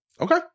Okay